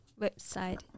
website